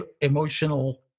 emotional